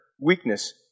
weakness